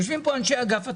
יושבים פה אנשי אגף התקציבים,